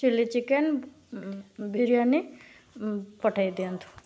chilli chicken biryani ପଠାଇ ଦିଅନ୍ତୁ